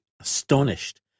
astonished